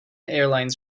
airlines